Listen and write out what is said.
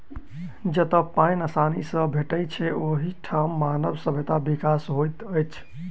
जतअ पाइन आसानी सॅ भेटैत छै, ओहि ठाम मानव सभ्यता विकसित होइत अछि